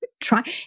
try